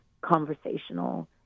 conversational